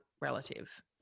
relative